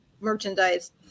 merchandise